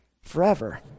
Forever